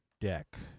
deck